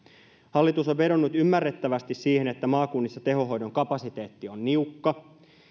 hallitus on vedonnut ymmärrettävästi siihen että maakunnissa tehohoidon kapasiteetti on niukka